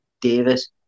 Davis